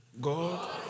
God